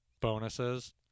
bonuses